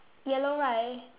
yellow right